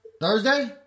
Thursday